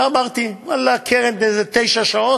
ואמרתי: ואללה, הקרן זה איזה תשע שעות.